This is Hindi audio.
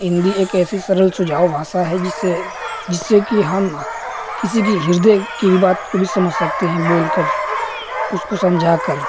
हिन्दी एक ऐसी सरल सुझाव भाषा है जिसे जिससे कि हम किसी कि हृदय कि भी बात को भी समझ सकते हैं बोलकर कुस्को समझाकर